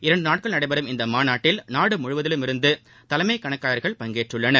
இரண்டுநாட்கள் நடைபெறும் இந்த மாநாட்டில் நாடு முழுவதிலுமிருந்து தலைமை கணக்காயர்கள் பங்கேற்றுள்ளனர்